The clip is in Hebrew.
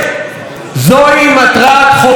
זוהי מטרת חוק הקולנוע.